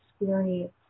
experience